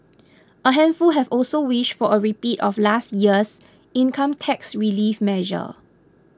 a handful have also wished for a repeat of last year's income tax relief measure